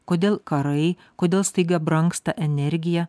kodėl karai kodėl staiga brangsta energija